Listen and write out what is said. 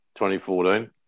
2014